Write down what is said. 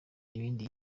ibindi